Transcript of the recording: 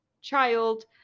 child